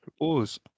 Pause